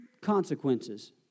consequences